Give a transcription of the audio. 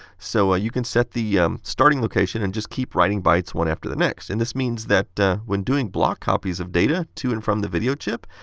so, ah you can set the starting location and just keep writing bytes one after the next. and this means that when doing block copies of data to and from the video chip,